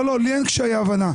לא, לי אין קשיי הבנה.